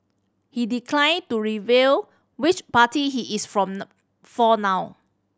he declined to reveal which party he is from now for now